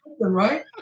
right